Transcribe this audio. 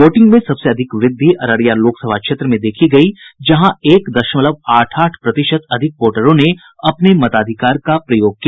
voting में सबसे अधिक वृद्धि अररिया लोकसभा क्षेत्र में देखी गयी जहां एक दशमलव आठ आठ प्रतिशत अधिक वोटरों ने अपने मताधिकार का प्रयोग किया